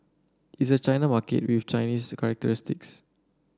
it's a China market with Chinese characteristics